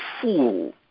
fool